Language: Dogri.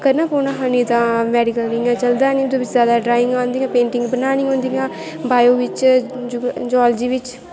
करना पौना हा नेईं तां मैडिकल इ'यां चलदा निं हा ओह्दे बिच्च ड्राइंग बनाना पौंदियां पेंटिंग बनानियां होंदियां हां बायो बिच्च जिआलजी बिच्च